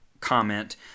comment